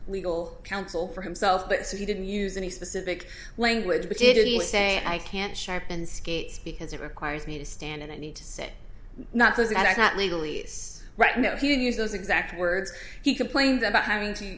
legal counsel for himself but so he didn't use any specific language but didn't say i can't shop and skates because it requires me to stand and i need to sit not those that are not legally right now if you use those exact words he complained about having to